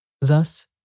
Thus